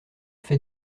fait